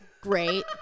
great